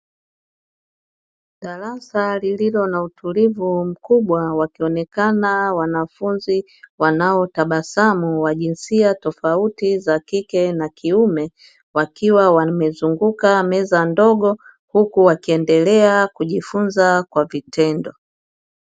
Darasa lililo na utulivu mkubwa, wakionekana wanafunzi wanaotabasamu, wa jinsia tofauti za kike na kiume wakiwa wamezunguka meza ndogo, huku wakiendelea kujifunza kwa vitendo.